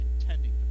intending